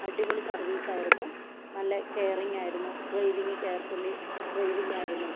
അടിപൊളി സർവീസ് ആയിരുന്നു നല്ല കേറിങ് ആയിരുന്നു ഡ്രൈവിംഗ് കെയർഫുള്ളി ഡ്രൈവിങ്ങായിരുന്നു